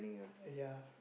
ya